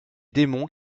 démons